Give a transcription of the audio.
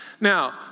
Now